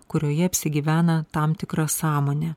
kurioje apsigyvena tam tikra sąmonė